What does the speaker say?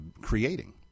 creating